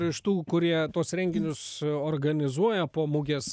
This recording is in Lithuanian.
iš tų kurie tuos renginius organizuoja po muges